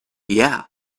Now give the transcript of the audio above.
yeah